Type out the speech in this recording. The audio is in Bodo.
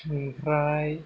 ओमफ्राय